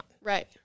Right